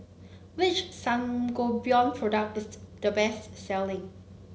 which Sangobion product is the the best selling